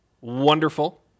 wonderful